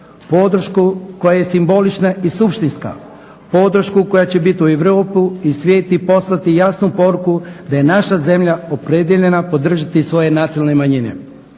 podršku koja je simbolična i suštinska, podršku koja je biti u Europu i svijetu poslati jasnu poruku da je naša zemlja opredjeljenja podržati svoje nacionalne manjine,